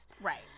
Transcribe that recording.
Right